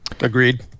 Agreed